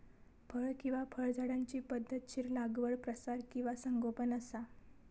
फळ किंवा फळझाडांची पध्दतशीर लागवड प्रसार किंवा संगोपन असा